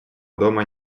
дома